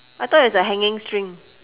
I thought it's a hanging string